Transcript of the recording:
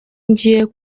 ngiye